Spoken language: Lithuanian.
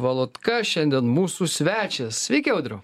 valotka šiandien mūsų svečias sveiki audriau